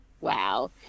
wow